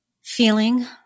feeling